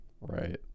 Right